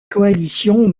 coalition